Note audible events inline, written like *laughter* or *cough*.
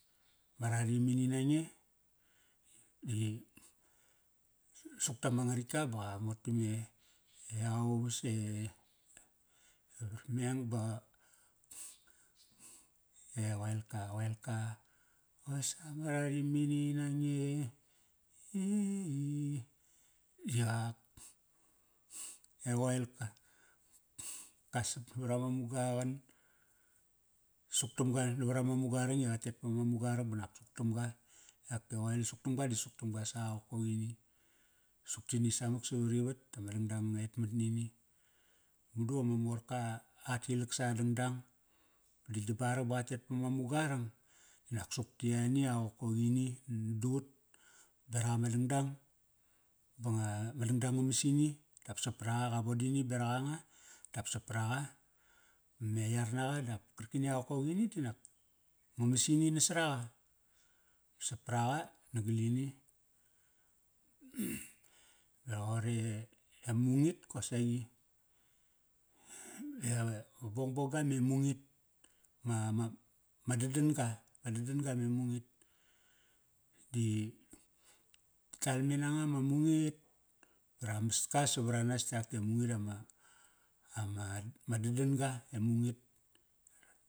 Ma rarimini nange di su, suk tama ngaritk ka ba qa mot tame, iqa uvas e, *unintelligible* ba *hesitation* e qoelka, qoelka. Qosa ma rarimini nange e ee. Di aqak ak. E qoelks, ka sap navarama muga aqan. Suk tamga navarama muga arang i qatet pama muga arang banak suk tamga. Yak e qoel, suk tamga di suk tamga sa qokoqini, suk tini samak savarivat tama dangdang nga etmat nini. Madu ama mork qa tilak sa dangdang. Dagiam barang ba qa tet pama muga arang dinak suk ti yan, a qokoqini na dut berak ama dangdang ba nga, ma dangdang nga mas ini. Dap sapraqa qa vodini berak anga. Dap sapraqa, me yar naqa dap karkini a qokoqini dinak nga mas ini nasaraqa. Sapraqa nagal ini. *noise* Ba roqor e, e mungit. Ma, ma, ma dangdang. Ma dadan-ga me mung it. Di ti talme nanga ma mungit ba ramska savar anas yak e mungit i ama, ama ma dadan-ga e mungit.